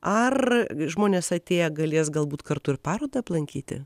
ar žmonės atėję galės galbūt kartu ir parodą aplankyti